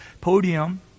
podium